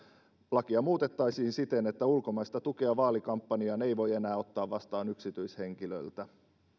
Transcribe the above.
lakia muutettaisiin siten että ulkomaista tukea vaalikampanjaan ei voi enää ottaa vastaan yksityishenkilöltä